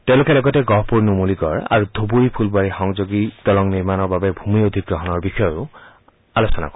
তেওঁলোকে লগতে গহপুৰ নুমলীগড় দলং আৰু ধুবুৰী ফুলবাৰী সংযোগী দলং নিৰ্মাণৰ বাবে ভূমি অধিগ্ৰহণৰ বিষয়েও আলোচনা কৰে